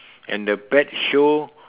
and the pet show